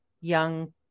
young